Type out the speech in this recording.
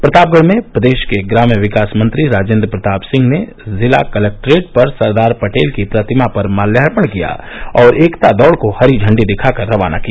प्रतापगढ में प्रदेश के ग्राम्य विकास मंत्री राजेन्द्र प्रताप सिंह ने जिला कलेक्टेट पर सरदार पटेल की प्रतिमा पर माल्यार्पण किया और एकता दौड को हरी झंडी दिखाकर रवाना किया